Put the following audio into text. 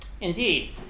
Indeed